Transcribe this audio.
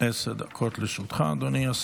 דיני הבחירות לרשויות המקומיות (הצבעה וועדות